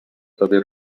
tobie